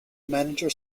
manager